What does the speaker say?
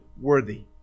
worthy